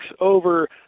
over